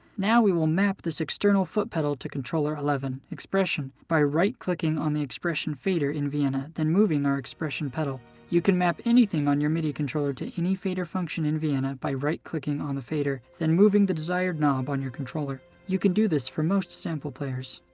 now we will map this external foot pedal to controller eleven, expression, by right-clicking on the expression fader in vienna, then moving our expression pedal. you can map anything on your midi controller to any fader function in vienna by right clicking on the fader, then moving the desired knob on your controller. you can do this for most sample players.